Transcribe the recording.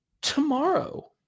tomorrow